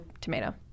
tomato